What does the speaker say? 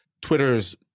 Twitter's